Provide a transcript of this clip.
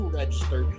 register